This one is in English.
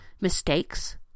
mistakes